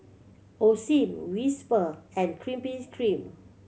Osim Whisper and Krispy Kreme